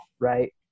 right